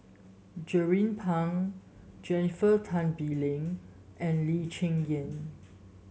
Jernnine Pang Jennifer Tan Bee Leng and Lee Cheng Yan